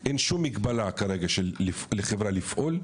אין שום מגבלה כרגע לחברה לפעול,